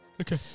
Okay